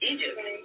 Egypt